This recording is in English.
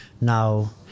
now